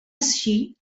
així